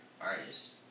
artists